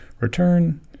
return